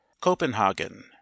copenhagen